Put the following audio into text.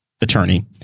attorney